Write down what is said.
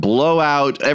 Blowout